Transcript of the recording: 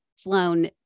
flown